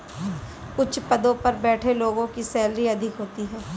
उच्च पदों पर बैठे लोगों की सैलरी अधिक होती है